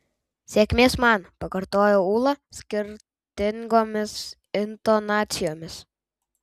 sėkmės man pakartojo ūla skirtingomis intonacijomis